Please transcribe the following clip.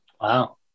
Wow